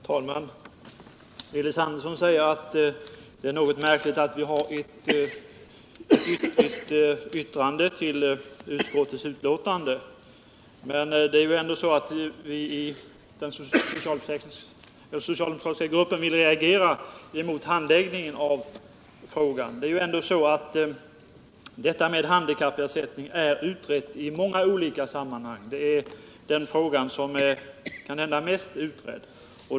Herr talman! Elis Andersson tycker att det är märkligt att vi har ett särskilt yttrande vid utskottets betänkande. Anledningen till det är att den socialdemokratiska gruppen vill reagera mot handläggningen av ärendet. Frågan om handikappersättning är utredd i många olika sammanhang — det är kanske den mest utredda frågan.